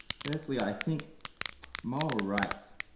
firstly, i think moral rights,